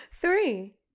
Three